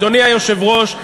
אדוני היושב-ראש,